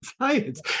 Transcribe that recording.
science